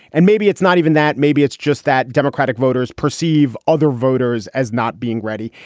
and maybe it's not even that. maybe it's just that democratic voters perceive other voters as not being ready.